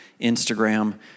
Instagram